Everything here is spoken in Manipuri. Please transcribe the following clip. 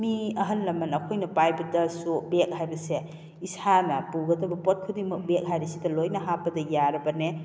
ꯃꯤ ꯑꯍꯜ ꯂꯃꯟ ꯑꯩꯈꯣꯏꯅ ꯄꯥꯏꯕꯗꯁꯨ ꯕꯦꯒ ꯍꯥꯏꯕꯁꯦ ꯏꯁꯥꯅ ꯄꯨꯒꯗꯕ ꯄꯣꯠ ꯈꯨꯗꯤꯡꯃꯛ ꯕꯦꯒ ꯍꯥꯏꯔꯤꯁꯤꯗ ꯂꯣꯏꯅ ꯍꯥꯞꯄꯗ ꯌꯥꯔꯕꯅꯦ